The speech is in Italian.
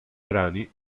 brani